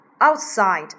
Outside